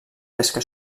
pesca